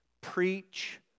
preach